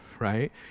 right